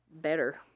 better